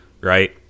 right